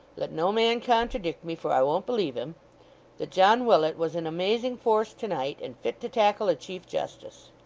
let no man contradict me, for i won't believe him that john willet was in amazing force to-night, and fit to tackle a chief justice.